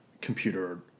computer